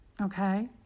Okay